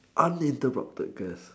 unlimited brothel girls